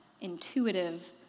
intuitive